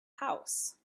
house